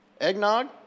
Eggnog